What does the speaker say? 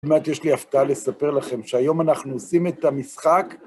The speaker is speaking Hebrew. זאת אומרת, יש לי הפתעה לספר לכם, שהיום אנחנו עושים את המשחק...